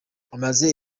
amaze